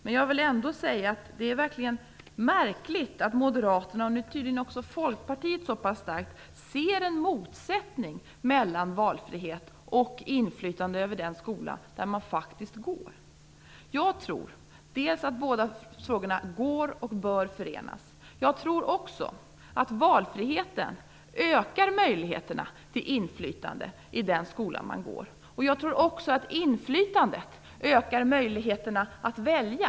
Men jag måste säga att det verkligen är märkligt att Moderaterna, och nu tydligen också Folkpartiet, så pass starkt ser en motsättning mellan valfrihet och inflytande över den skola där man faktiskt går. Jag tror att båda frågorna kan, och bör, förenas. Jag tror också att valfriheten ökar möjligheterna till inflytande i den skola som man går i. Vidare tror jag att inflytandet ökar möjligheterna att välja.